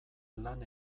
lan